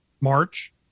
March